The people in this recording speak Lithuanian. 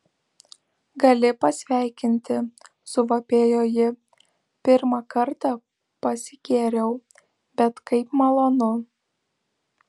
gali pasveikinti suvapėjo ji pirmą kartą pasigėriau bet kaip malonu